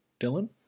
Dylan